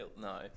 No